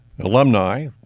Alumni